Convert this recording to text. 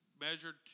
measured